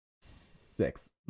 six